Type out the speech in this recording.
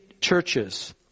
churches